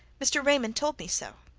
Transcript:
mr. raymond told me so.